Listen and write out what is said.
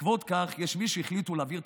בעקבות זאת יש מי שהחליטו להעביר את